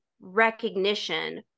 recognition